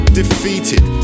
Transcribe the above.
defeated